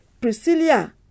Priscilla